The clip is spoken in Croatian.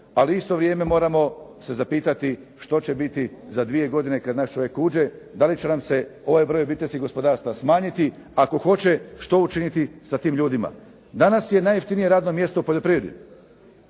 ali u isto vrijeme moramo se zapitati što će biti za dvije godine kad naš čovjek uđe. Da li će nam se ovaj broj obiteljskih gospodarstava smanjiti, ako hoće što učiniti sa tim ljudima. Danas je najjeftinije radno mjesto u poljoprivredi,